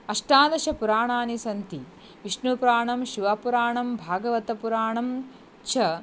अष्टादश पुराणानि सन्ति विष्णुपुराणं शिवपुराणं भागवतपुराणं च